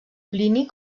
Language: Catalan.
plini